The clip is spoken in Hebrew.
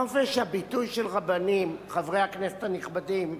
חופש הביטוי של רבנים, חברי הכנסת הנכבדים,